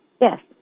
Yes